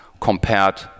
compared